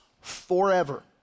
forever